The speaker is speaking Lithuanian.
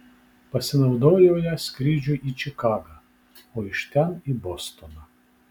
pasinaudojo ja skrydžiui į čikagą o iš ten į bostoną